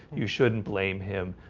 you shouldn't blame him